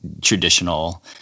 traditional